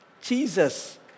Jesus